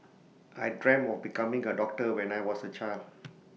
I dreamt of becoming A doctor when I was A child